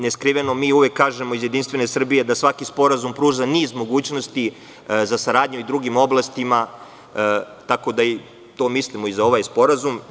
Neskriveno, mi uvek iz Jedinstvene Srbije kažemo da svaki sporazum pruža niz mogućnosti za saradnju i drugim oblastima, tako da i to mislimo i za ovaj sporazum.